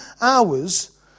hours